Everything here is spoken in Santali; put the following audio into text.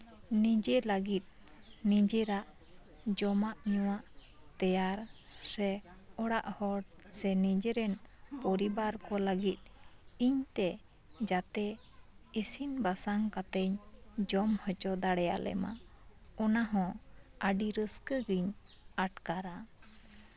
ᱱᱤᱡᱮ ᱞᱟᱹᱜᱤᱫ ᱱᱤᱡᱮᱨᱟᱜ ᱡᱚᱢᱟᱜ ᱧᱩᱣᱟᱜ ᱛᱮᱭᱟᱨ ᱥᱮ ᱚᱲᱟᱜ ᱦᱚᱲ ᱥᱮ ᱱᱤᱡᱮᱨᱟᱱ ᱯᱚᱨᱤᱵᱟᱨ ᱞᱟᱹᱜᱤᱫ ᱤᱧ ᱛᱮ ᱡᱟᱛᱮ ᱤᱥᱤᱱ ᱵᱟᱥᱟᱝ ᱠᱟᱛᱮᱧ ᱡᱚᱢ ᱦᱚᱪᱚ ᱫᱟᱲᱮ ᱟᱞᱮ ᱢᱟ ᱚᱱᱟᱦᱚᱸ ᱟᱹᱰᱤ ᱨᱟᱹᱥᱠᱟᱹ ᱜᱤᱧ ᱟᱴᱠᱟᱨᱟ